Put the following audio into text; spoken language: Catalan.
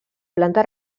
planta